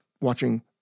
watching